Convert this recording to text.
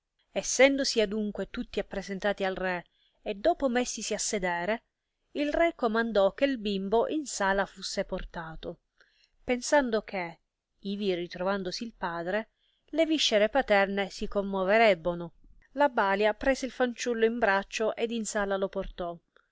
essendosi adunque tutti appresentati al re e dopo messisi a sedere il re comandò che bimbo in sala fusse portato pensando che ivi ritrovandosi il padre le viscere paterne si commoverebbono la balia prese il fanciullo in braccio ed in sala lo portò